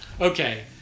okay